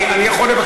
אתה עם,